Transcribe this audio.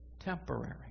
temporary